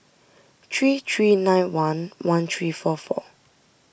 three three nine one one three four four